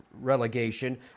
relegation